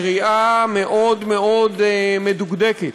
אחרי קריאה מאוד מאוד מדוקדקת,